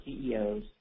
CEOs